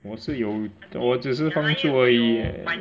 我是有我只是帮助而已 eh